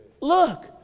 Look